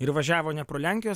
ir važiavo ne pro lenkijos